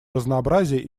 разнообразие